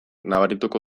nabarituko